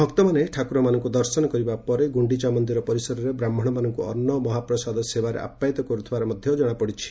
ଭକ୍ତମାନେ ଠାକୁରମାନଙ୍କୁ ଦର୍ଶନ କରିବା ପରେ ଗୁଖିଚା ମନ୍ଦିର ପରିସରରେ ବ୍ରାହ୍କଣମାନଙ୍କୁ ଅନ୍ନମହାପ୍ରସାଦ ସେବାରେ ଆପ୍ୟାୟିତ କରୁଥିବା ଦେଖିବାକୁ ମିଳିଛି